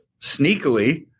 sneakily